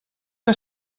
que